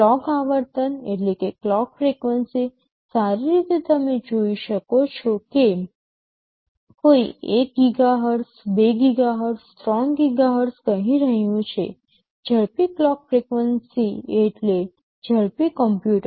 clock આવર્તન સારી રીતે તમે જોઈ શકો છો કે કોઈ 1 ગીગાહર્ટ્ઝ 2 ગીગાહર્ટ્ઝ 3 ગીગાહર્ટ્ઝ કહી રહ્યું છે ઝડપી ક્લોક ફ્રીક્વન્સી એટલે ઝડપી કમ્પ્યુટર